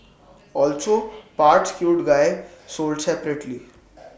also parts cute guy sold separately